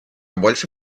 больше